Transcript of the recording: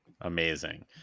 Amazing